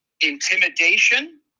intimidation